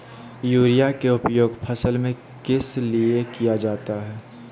Urea के उपयोग फसल में किस लिए किया जाता है?